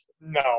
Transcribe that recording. No